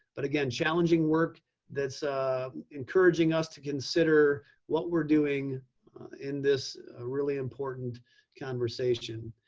but again, challenging work that's encouraging us to consider what we're doing in this really important conversation.